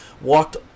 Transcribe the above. walked